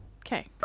Okay